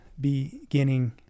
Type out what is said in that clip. beginning